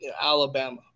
Alabama